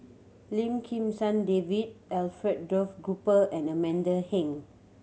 Lim Kim San David Alfred Duff Cooper and Amanda Heng